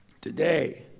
today